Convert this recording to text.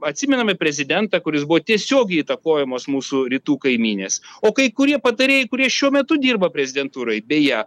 atsimename prezidentą kuris buvo tiesiogiai įtakojamos mūsų rytų kaimynės o kai kurie patarėjai kurie šiuo metu dirba prezidentūroj beje